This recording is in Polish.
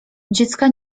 dziecka